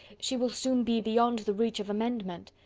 she will soon be beyond the reach of amendment.